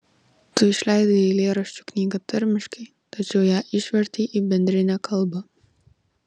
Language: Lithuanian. tu išleidai eilėraščių knygą tarmiškai tačiau ją išvertei į bendrinę kalbą